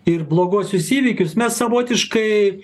ir bloguosius įvykius mes savotiškai